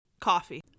Coffee